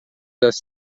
das